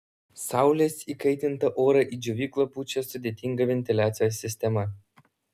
saulės įkaitintą orą į džiovyklą pučia sudėtinga ventiliacijos sistema